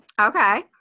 okay